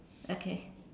okay